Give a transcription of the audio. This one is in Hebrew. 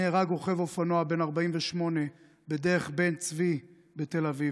נהרג רוכב אופנוע בן 48 בדרך בן צבי בתל אביב.